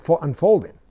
unfolding